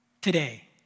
today